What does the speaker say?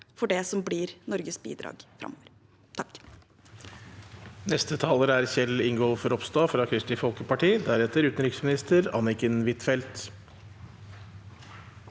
på det som blir Norges bidrag framover. Kjell